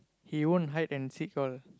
he won't hide and seek all